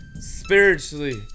spiritually